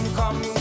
come